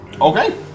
Okay